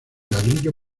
ladrillo